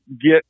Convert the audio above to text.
get